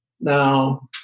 Now